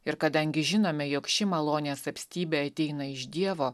ir kadangi žinome jog ši malonės apstybė ateina iš dievo